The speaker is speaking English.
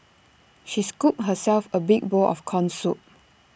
she scooped herself A big bowl of Corn Soup